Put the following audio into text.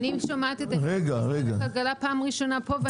אני שומעת את עמדת משרד הכלכלה פעם ראשונה פה,